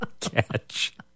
catch